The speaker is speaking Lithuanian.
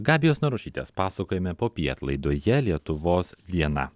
gabijos narušytės pasakojime popiet laidoje lietuvos diena